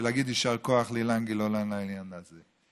להגיד יישר כוח לאילן גילאון על העניין הזה.